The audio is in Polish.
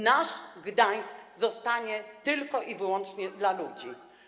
Nasz Gdańsk zostanie tylko i wyłącznie dla ludzi.